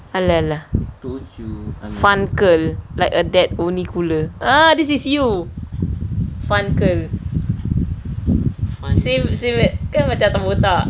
ah lah lah funcle like a dad only cooler ah this is you funcle same same like macam botak